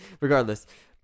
Regardless